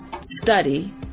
study